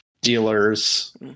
dealers